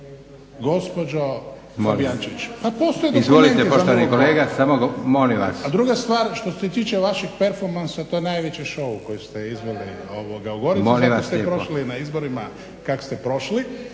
Josip (SDP)** Izvolite poštovani kolega, samo molim vas. **Šuker, Ivan (HDZ)** A druga stvar što se tiče vaših performansa to je najveći šou koji ste izveli u gorici, zato ste prošli na izborima kako ste prošli,